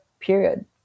period